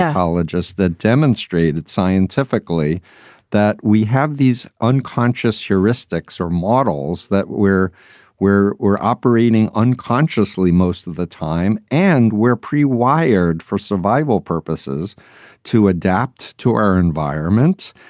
ologists that demonstrated that scientifically that we have these unconscious heuristics or models, that we're where we're operating unconsciously most of the time. and we're pre-wired for survival purposes to adapt to our environment,